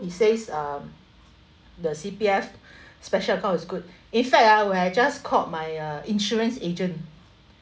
he says um the C_P_F special account is good in fact ah when I just called my uh insurance agent